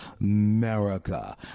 America